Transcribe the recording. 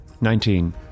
Nineteen